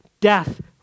death